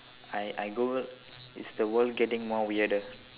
I I googled is the world getting more weirder